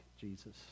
Jesus